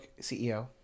CEO